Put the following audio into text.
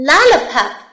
Lollipop